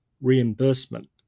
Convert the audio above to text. reimbursement